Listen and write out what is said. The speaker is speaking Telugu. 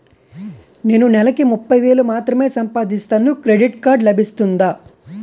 నేను నెల కి ముప్పై వేలు మాత్రమే సంపాదిస్తాను క్రెడిట్ కార్డ్ లభిస్తుందా?